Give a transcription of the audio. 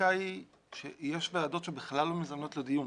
הפרקטיקה היא שיש ועדות שבכלל לא מזמנות לדיון.